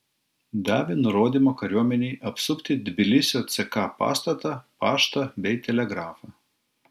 davė nurodymą kariuomenei apsupti tbilisio ck pastatą paštą bei telegrafą